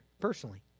personally